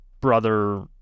brother-